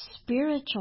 spiritual